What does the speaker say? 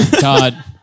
God